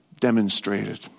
Demonstrated